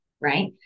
right